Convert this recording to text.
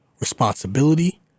responsibility